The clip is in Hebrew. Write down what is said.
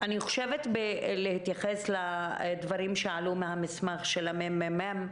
בהתייחס לדברים שעלו מהמסמך של הממ"מ,